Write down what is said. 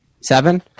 Seven